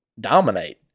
dominate